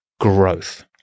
growth